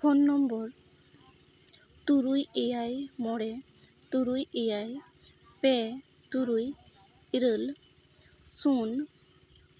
phone number ᱛᱩᱨᱩᱭ ᱮᱭᱟᱭ ᱢᱚᱬᱮ ᱛᱩᱨᱩᱭ ᱮᱭᱟᱭ ᱯᱮ ᱛᱩᱨᱩᱭ ᱤᱨᱟᱹᱞ ᱥᱩᱱ